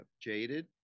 jaded